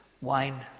wine